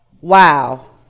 Wow